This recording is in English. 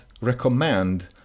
recommend